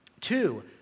two